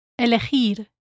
Elegir